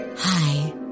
Hi